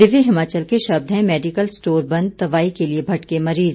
दिव्य हिमाचल के शब्द हैं मेडिकल स्टोर बंद दवाई के लिए भटके मरीज